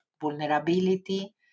vulnerability